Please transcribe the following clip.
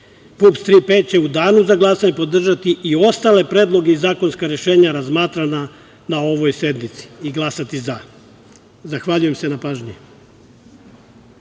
„Tri P“ će u danu za glasanje podržati i ostale predloge i zakonska rešenja razmatrana na ovoj sednici i glasati „za“. Zahvaljujem se na pažnji.